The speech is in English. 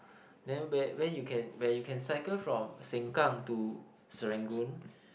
then where where you can where you can cycle from Sengkang to Serangoon